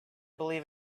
believe